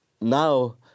now